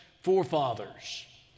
forefathers